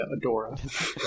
Adora